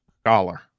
Scholar